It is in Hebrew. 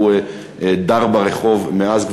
והוא דר ברחוב מאז,